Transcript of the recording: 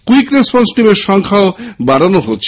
quick response টিমের সংখ্যাও বাড়ানো হচ্ছে